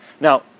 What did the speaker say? Now